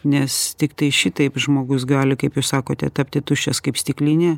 nes tiktai šitaip žmogus gali kaip jūs sakote tapti tuščias kaip stiklinė